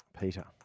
Peter